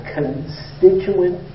constituent